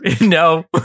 no